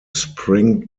spring